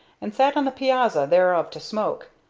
and sat on the piazza thereof to smoke,